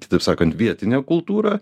kitaip sakant vietinė kultūra